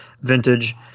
vintage